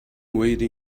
wade